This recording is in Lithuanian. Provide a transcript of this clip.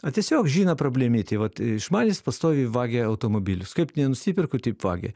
o tiesiog žino problemytė vat iš manęs pastoviai vagia automobilius kaip nenusipirku taip vagia